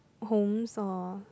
homes or